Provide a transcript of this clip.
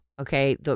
Okay